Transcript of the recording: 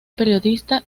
periodista